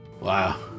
Wow